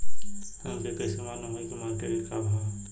हमके कइसे मालूम होई की मार्केट के का भाव ह?